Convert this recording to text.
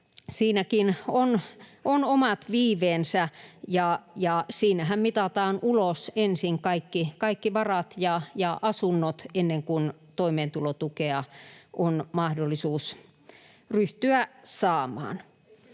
siinäkin on omat viiveensä ja siinähän mitataan ulos ensin kaikki varat ja asunnot, ennen kuin toimeentulotukea on mahdollisuus ryhtyä saamaan.